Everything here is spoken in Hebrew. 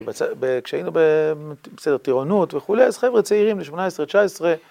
כשהיינו בסדר, טירונות וכולי, אז חבר'ה צעירים לשמונה עשרה, תשע עשרה